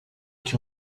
que